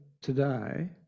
today